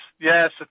yes